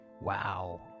wow